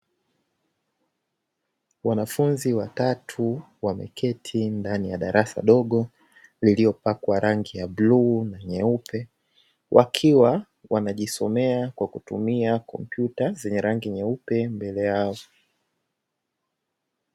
Wanafunzi watatu, wameketi ndani ya darasa dogo lililopakwa rangi ya bluu na nyeupe, wakiwa wanajisomea kwa kutumia kompyuta zenye rangi nyeupe mbele yao.